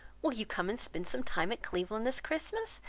will you come and spend some time at cleveland this christmas?